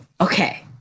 okay